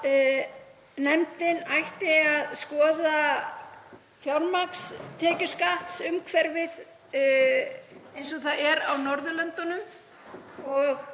nefndin ætti að skoða fjármagnstekjuskattsumhverfið eins og það er á Norðurlöndunum og